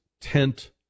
tent